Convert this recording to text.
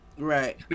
right